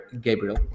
Gabriel